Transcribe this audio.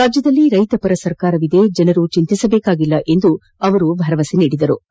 ರಾಜ್ಯದಲ್ಲಿ ರೈತಪರ ಸರ್ಕಾರವಿದ್ದು ಜನರು ಚಿಂತಿಸಬೇಕಾಗಿಲ್ಲ ಎಂದು ಭರವಸೆ ನೀಡಿದ ಮುಖ್ಯಮಂತ್ರಿ ಬಿ